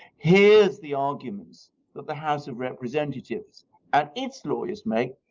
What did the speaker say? hears the arguments that the house of representatives and its lawyers make,